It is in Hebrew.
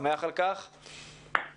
קודם